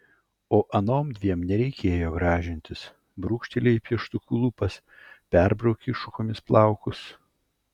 o anom dviem nereikėjo gražintis brūkštelėjai pieštuku lūpas perbraukei šukomis plaukus